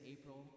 April